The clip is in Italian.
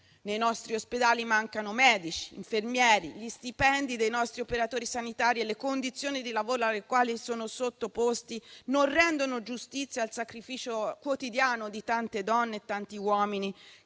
Nei nostri ospedali mancano medici e infermieri; gli stipendi dei nostri operatori sanitari e le condizioni di lavoro alle quali sono sottoposti non rendono giustizia al sacrificio quotidiano di tante donne e tanti uomini